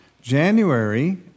January